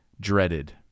dreaded